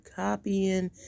copying